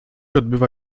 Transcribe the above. odbywa